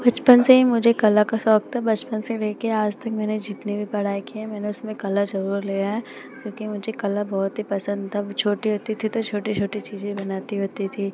बचपन से ही मुझे कला का शौक़ था बचपन से लेकर आजज तक मैंने जितनी भी पढ़ाई की है मैंने उसमें कला ज़रूर लिया है क्योंकि मुझे कला बहुत ही पसन्द थी वह छोटी होती थी तो छोटी छोटी चीज़ें बनाती होती थी